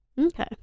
Okay